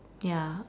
ya